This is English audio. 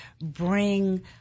bring